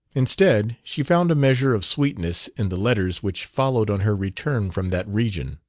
instead, she found a measure of sweetness in the letters which followed on her return from that region.